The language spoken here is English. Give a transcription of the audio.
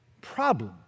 problem